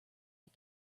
had